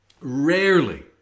Rarely